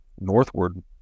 northward